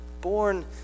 Born